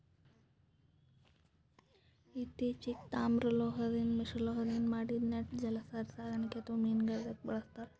ಇತ್ತಿಚೀಗ್ ತಾಮ್ರದ್ ಮಿಶ್ರಲೋಹದಿಂದ್ ಮಾಡಿದ್ದ್ ನೆಟ್ ಜಲಚರ ಸಾಕಣೆಗ್ ಅಥವಾ ಮೀನುಗಾರಿಕೆದಾಗ್ ಬಳಸ್ತಾರ್